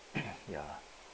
ya